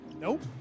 Nope